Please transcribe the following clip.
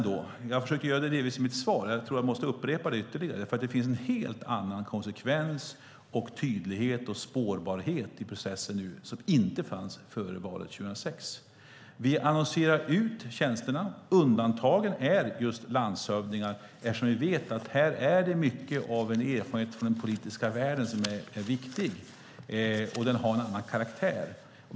Jag har försökt göra det i mitt svar, men jag tror att jag måste upprepa det. Det är en konsekvens, tydlighet och spårbarhet i processen nu som inte fanns före valet 2006. Vi annonserar ut tjänsterna. Undantag är just landshövdingar eftersom vi vet att erfarenhet från den politiska världen är viktig.